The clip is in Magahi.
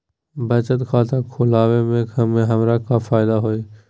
बचत खाता खुला वे में हमरा का फायदा हुई?